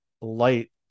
light